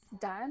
done